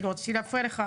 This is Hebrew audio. כי לא רציתי להפריע לך.